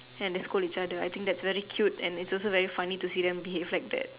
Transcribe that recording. and they scold each other I think that's very cute and is also very funny to see them behave like that